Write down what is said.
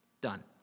Done